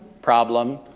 Problem